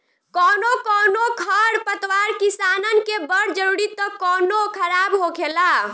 कौनो कौनो खर पतवार किसानन के बड़ जरूरी त कौनो खराब होखेला